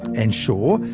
and sure,